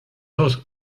dos